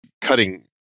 cutting